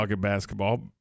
basketball